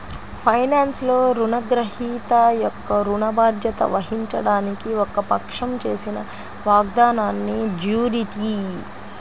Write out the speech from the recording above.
ఫైనాన్స్లో, రుణగ్రహీత యొక్క ఋణ బాధ్యత వహించడానికి ఒక పక్షం చేసిన వాగ్దానాన్నిజ్యూరిటీ